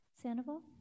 Sandoval